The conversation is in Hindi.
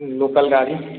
लोकल गाड़ी